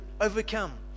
overcome